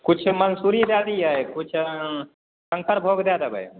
किछु मंसूरी दए दियै किछु शङ्करभोग दए देबै